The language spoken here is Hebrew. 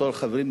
בתור חברים,